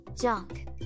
junk